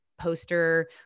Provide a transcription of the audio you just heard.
poster